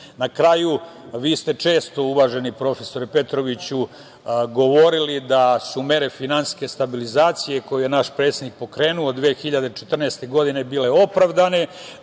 kraju, vi ste često, uvaženi prof. Petroviću, govorili da su mere finansijske stabilizacije koje je naš predsednik pokrenuo 2014. godine bile opravdane,